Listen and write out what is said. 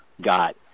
got